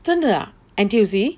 真的 ah N_T_U_C